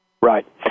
Right